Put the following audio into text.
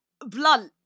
blunt